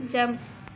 jump